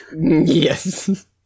Yes